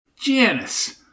Janice